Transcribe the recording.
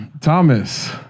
Thomas